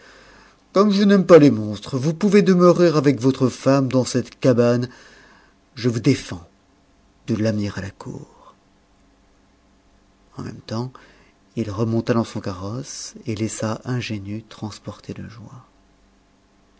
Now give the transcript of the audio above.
comme je n'aime pas les monstres vous pouvez demeurer avec votre femme dans cette cabane je vous défends de l'amener à la cour en même temps il remonta dans son carrosse et laissa ingénu transporté de joie